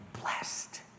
blessed